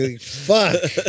Fuck